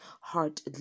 heart